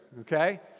Okay